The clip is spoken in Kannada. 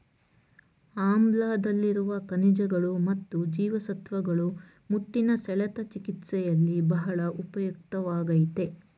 ಆಮ್ಲಾದಲ್ಲಿರುವ ಖನಿಜಗಳು ಮತ್ತು ಜೀವಸತ್ವಗಳು ಮುಟ್ಟಿನ ಸೆಳೆತ ಚಿಕಿತ್ಸೆಯಲ್ಲಿ ಬಹಳ ಉಪಯುಕ್ತವಾಗಯ್ತೆ